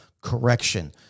correction